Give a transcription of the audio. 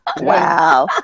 wow